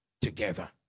together